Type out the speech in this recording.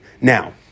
Now